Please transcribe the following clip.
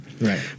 Right